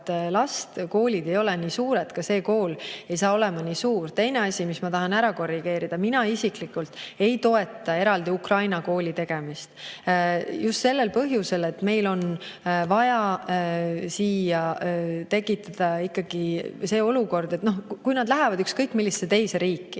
aga koolid ei ole nii suured, ka see kool ei hakka olema nii suur. Teine asi, mis ma tahan ära korrigeerida, on see. Mina isiklikult ei toeta eraldi ukraina kooli tegemist. Just sellel põhjusel, et meil on vaja siia tekitada ikkagi see olukord, et [nad õpivad keele ära]. Kui nad lähevad ükskõik millise teise riiki,